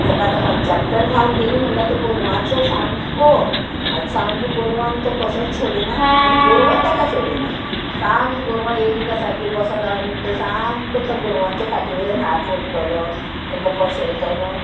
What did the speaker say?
ताका आतां पंच्यात्तर जावन गेली म्हणल्यार तो गोरवांचो सामको आनी सामको गोरवांक तो कसोच सोडिना आनी गोरवां ताका सोडिना सामकें गोरवां येयलीं काय सारकी बसोन रावली म्हणटा सामको तो गोरवांच्या फाटी वयल्यान हात ओडटलो तांकां पोशेतलो